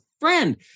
friend